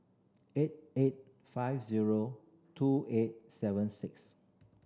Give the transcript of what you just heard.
eight eight five zero two eight seven six